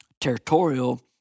territorial